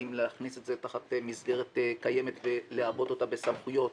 האם להכניס את זה תחת מסגרת קיימת ולעבות אותה בסמכויות,